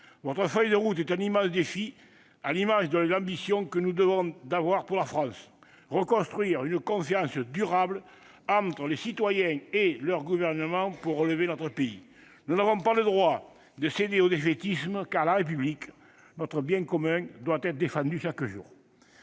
Votre feuille de route est un immense défi, à l'image de l'ambition que nous devons avoir pour la France : reconstruire une confiance durable entre les citoyens et leurs gouvernants pour relever notre pays. Nous n'avons pas le droit de céder au défaitisme, car la République, notre bien commun, doit être défendue chaque jour.